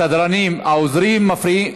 סדרנים, העוזרים מפריעים.